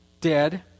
dead